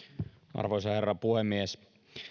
arvoisa herra puhemies